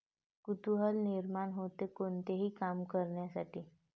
कुतूहल निर्माण होते, कोणतेही काम करण्यासाठी